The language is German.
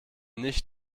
nicht